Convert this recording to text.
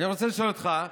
אני רוצה לשאול אותך: